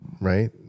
right